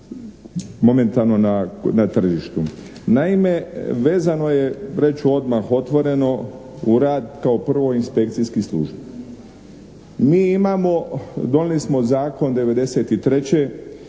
momentalno na tržištu. Naime, vezano je reći ću odmah otvoreno o rad kao prvo inspekcijskih službi. Mi imamo, donijeli smo zakon '93.